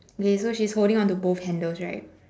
okay so she's holding on the both handles right